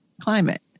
climate